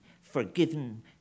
forgiven